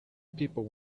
people